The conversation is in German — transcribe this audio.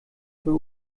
für